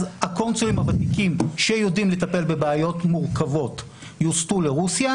הקונסולים הוותיקים שיודעים לטפל בבעיות מורכבות יוסטו לרוסיה,